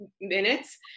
minutes